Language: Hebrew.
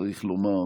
צריך לומר